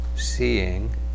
seeing